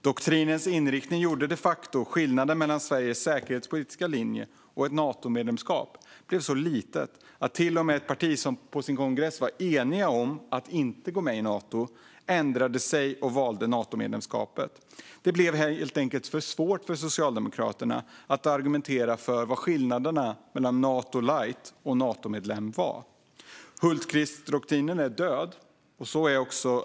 Doktrinens inriktning gjorde de facto att skillnaden mellan Sveriges säkerhetspolitiska linje och ett Natomedlemskap blev så liten att till och med ett parti som på sin kongress var enigt om att inte gå med i Nato ändrade sig och valde Natomedlemskapet. Det blev helt enkelt för svårt för Socialdemokraterna att argumentera för vad skillnaderna var mellan Nato light och Natomedlem. Hultqvistdoktrinen är död.